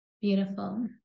Beautiful